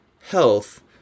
health